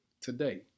Today